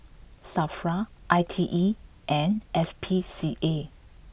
Safra I T E and S P C A